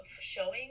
showing